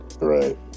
right